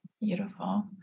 Beautiful